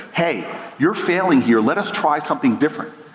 hey you're failing here. let us try something different.